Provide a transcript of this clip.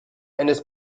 eines